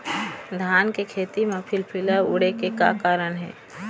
धान के खेती म फिलफिली उड़े के का कारण हे?